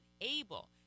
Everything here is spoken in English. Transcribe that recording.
able